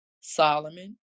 Solomon